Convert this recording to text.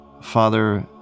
Father